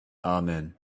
amen